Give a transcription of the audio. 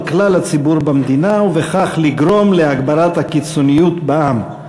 כלל הציבור במדינה ובכך לגרום להגברת הקיצוניות בעם.